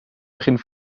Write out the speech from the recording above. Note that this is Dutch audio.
begin